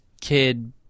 kid-